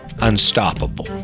unstoppable